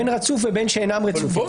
בין רצוף ובין שאינם רצופים,